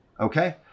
Okay